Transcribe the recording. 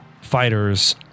fighters